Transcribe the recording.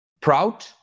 proud